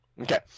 Okay